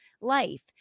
life